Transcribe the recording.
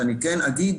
אני כן אגיד